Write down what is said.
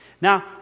Now